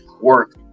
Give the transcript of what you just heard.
work